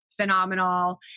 phenomenal